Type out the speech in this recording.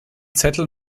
zettel